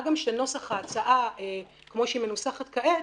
מה גם שנוסח ההצעה כמו שהיא מנוסחת כעת,